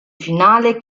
finale